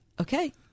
okay